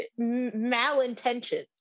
malintentions